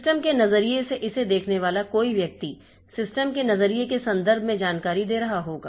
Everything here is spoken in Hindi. सिस्टम के नजरिए से इसे देखने वाला कोई व्यक्ति सिस्टम के नजरिए के संदर्भ में जानकारी दे रहा होगा